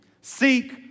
Seek